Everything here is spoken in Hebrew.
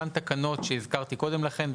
אלה אותן תקנות שהזכרתי קודם לכן,